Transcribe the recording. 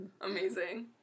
amazing